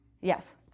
yes